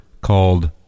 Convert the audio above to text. called